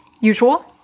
usual